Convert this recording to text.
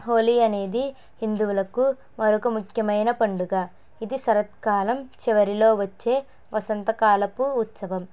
హోలీ అనేది హిందువులకు మరొక ముఖ్యమైన పండుగ ఇది శరత్కాలం చివరిలో వచ్చే వసంతకాలపు ఉత్సవం